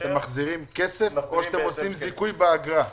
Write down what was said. אתם מחזירים כסף או שאתם עושים זיכוי באגרה?